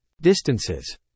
Distances